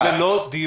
זה לא מד"א.